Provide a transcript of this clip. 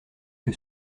que